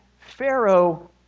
Pharaoh